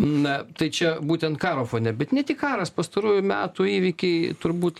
na tai čia būtent karo fone bet ne tik karas pastarųjų metų įvykiai turbūt